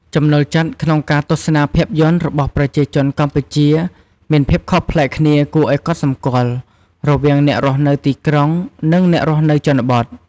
ចំណូលចិត្តក្នុងការទស្សនាភាពយន្តរបស់ប្រជាជនកម្ពុជាមានភាពខុសប្លែកគ្នាគួរឱ្យកត់សម្គាល់រវាងអ្នករស់នៅទីក្រុង និងអ្នករស់នៅជនបទ។